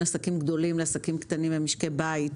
עסקים גדולים לעסקים קטנים ומשקי בית,